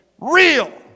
real